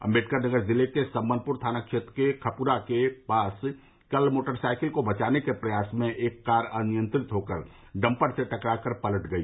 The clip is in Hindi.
अम्बेडकर नगर जिले के सम्मनपुर थाना क्षेत्र के खप्रा के पास कल मोटरसाइकिल को बचाने के प्रयास में एक कार अनियंत्रित होकर डम्पर से टकरा कर पलट गई